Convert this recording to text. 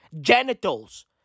genitals